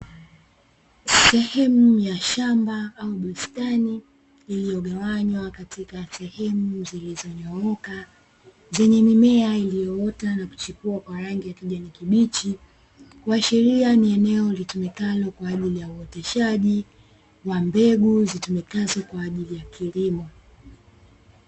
Sehemu ya shamba au bustani, iliyogawanywa katika sehemu zilizo nyooka zenye mimea iliyo ota na kuchipua kwa rangi ya kijani kibichi, kuashiria ni eneo litumikalo kwa ajili ya uoteshaji wa mbegu zitumikazo kwa ajili ya kilimo.